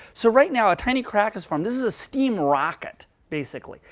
so right now, a tiny crack has formed. this is a steam rocket, basically.